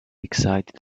excited